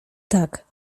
tak